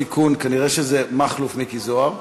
תיקון: כנראה זה מכלוף מיקי זוהר,